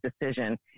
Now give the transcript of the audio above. decision